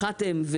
אחד הם,